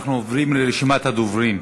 אנחנו עוברים לרשימת הדוברים.